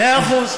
מאה אחוז.